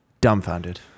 dumbfounded